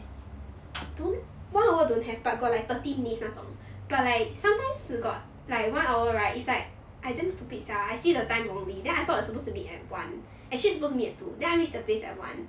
don't one hour don't have but got like thirty minutes 那种 but like sometimes you got like one hour right is like I damn stupid sia I see the time wrongly then I thought is supposed to be at one actually suppose to meet at two then I reach the place at one